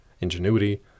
ingenuity